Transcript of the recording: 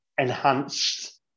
enhanced